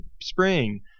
spring